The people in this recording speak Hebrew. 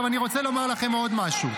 עכשיו אני רוצה לומר לכם עוד משהו.